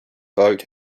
boat